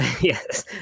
Yes